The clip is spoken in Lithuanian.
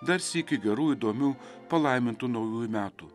dar sykį gerų įdomių palaimintų naujųjų metų